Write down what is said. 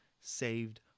saved